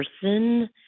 person